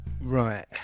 Right